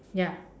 ya